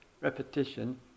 repetition